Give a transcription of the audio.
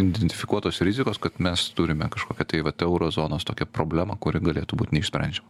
identifikuotos rizikos kad mes turime kažkokią tai vat euro zonos tokią problemą kuri galėtų būt neišsprendžiama